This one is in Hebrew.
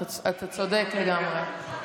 אתה צודק לגמרי.